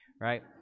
right